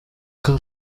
gill